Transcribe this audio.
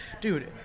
dude